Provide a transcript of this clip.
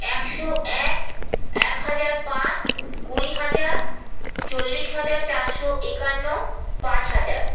একশো এক এক হাজার পাঁচ কুড়ি হাজার চল্লিশ হাজার চারশো একান্ন পাঁচ হাজার